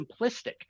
simplistic